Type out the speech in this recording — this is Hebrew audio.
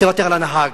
תוותר על הנהג,